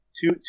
two